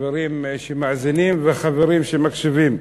חברים שמאזינים וחברים שמקשיבים,